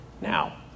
Now